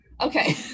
Okay